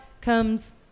comes